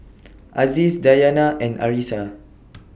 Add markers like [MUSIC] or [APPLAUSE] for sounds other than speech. [NOISE] Aziz Dayana and Arissa